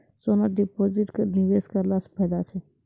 सोना deposit निवेश करला से फैदा छै?